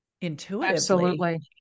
intuitively